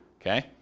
Okay